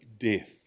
death